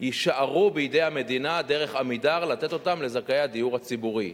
יישארו בידי המדינה דרך "עמידר"; לתת אותן לזכאי הדיור הציבורי.